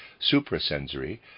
suprasensory